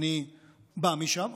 ואני בא משם,